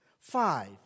Five